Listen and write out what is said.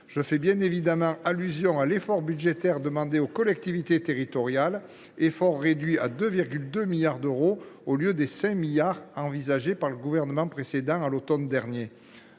Je fais bien évidemment allusion à l’effort budgétaire demandé aux collectivités territoriales, qui a été réduit à 2,2 milliards d’euros au lieu des 5 milliards d’euros envisagés par le Gouvernement précédent à l’automne dernier.